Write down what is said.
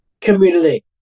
community